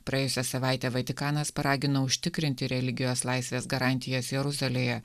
praėjusią savaitę vatikanas paragino užtikrinti religijos laisvės garantijas jeruzalėje